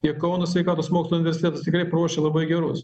tiek kauno sveikatos mokslų universitetas tikrai paruošia labai gerus